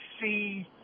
see